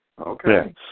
Okay